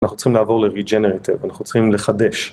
אנחנו צריכים לעבור ל-regenerative, אנחנו צריכים לחדש.